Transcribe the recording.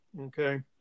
okay